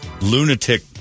lunatic